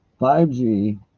5g